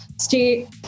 stay